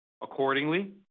Accordingly